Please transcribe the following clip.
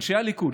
אנשי הליכוד,